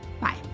bye